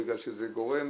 בגלל שזה גורם